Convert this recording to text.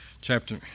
chapter